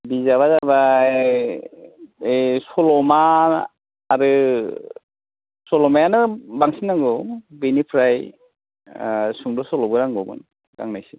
बिजाबा जाबाय ओइ सल'मा आरो सल'मायानो बांसिन नांगौ बिनिफ्राय सुंद' सल'बो नांगौमोन गांनैसो